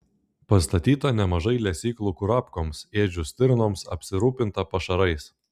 pastatyta nemažai lesyklų kurapkoms ėdžių stirnoms apsirūpinta pašarais